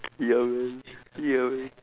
ya man ya man